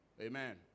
Amen